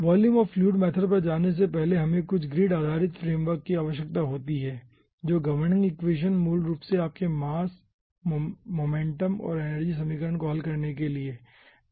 volume of fluid method पर जाने से पहले हमें कुछ ग्रिड आधारित फ्रेमवर्क की आवश्यकता होती है जो गवर्निंग इक्वेशन मूल रूप से आपके मास मोमेंटम और एनर्जी समीकरण को हल करने के लिए है